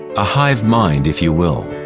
a hive mind if you will.